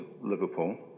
Liverpool